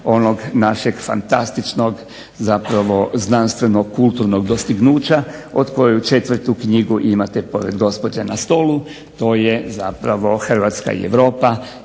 onog našeg fantastičkog zapravo znanstveno-kulturnog dostignuća od koju 4. knjigu imate pored gospođe na stolu to je zapravo "Hrvatska i Europa"